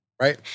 right